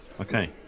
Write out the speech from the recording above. okay